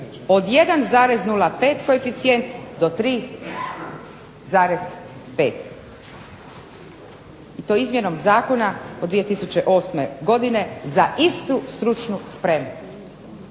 od 1,05 koeficijenta do 3,5 i to izmjenom zakona od 2008. godine za istu stručnu spremu.